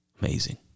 Amazing